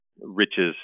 riches